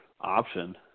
option